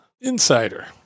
Insider